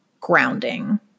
grounding